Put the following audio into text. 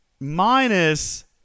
minus